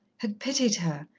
had pitied her,